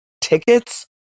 tickets